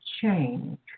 change